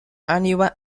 anyone